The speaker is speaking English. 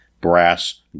brass